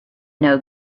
know